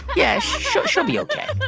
yeah she'll she'll be ok